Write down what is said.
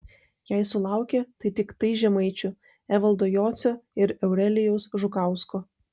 jei sulaukė tai tiktai žemaičių evaldo jocio ir eurelijaus žukausko